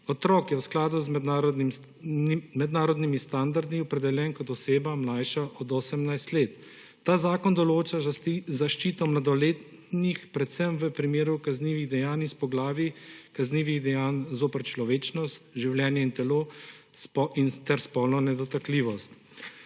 Otrok je v skladu z mednarodnimi standardi opredeljen kot oseba, mlajša od 18 let. Ta zakon določa zaščito mladoletnih predvsem v primeru kaznivih dejanj iz poglavij kaznivih dejanj zoper človečnost, življenje in telo ter spolno nedotakljivost.